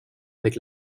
avec